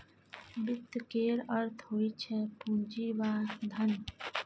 वित्त केर अर्थ होइ छै पुंजी वा धन